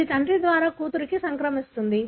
ఇది తండ్రి ద్వారా కూతురికి సంక్రమిస్తుంది